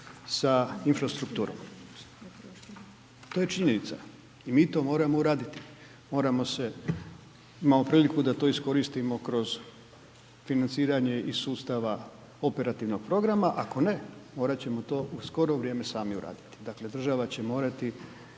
sa infrastrukturom. To je činjenica i mi to moramo uraditi. Moramo se, imamo priliku da to iskoristimo kroz financiranje iz sustava operativnog programa, ako ne, morati ćemo to u skoro vrijeme sami uraditi. Dakle država će morati